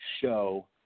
show